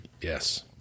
Yes